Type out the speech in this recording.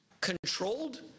controlled